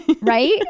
right